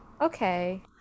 Okay